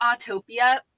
Autopia